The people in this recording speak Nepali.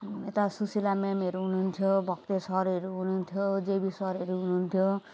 यता सुशिला मेमहरू हुनुहुन्थ्यो भक्ते सरहरू हुनुहुन्थ्यो जेबी सरहरू हुनुहुन्थ्यो